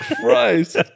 Christ